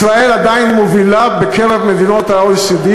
ישראל עדיין מובילה בקרב מדינות ה-OECD